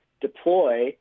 deploy